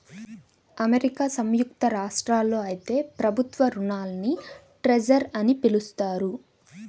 America సంయుక్త రాష్ట్రాల్లో అయితే ప్రభుత్వ రుణాల్ని ట్రెజర్ అని పిలుస్తారు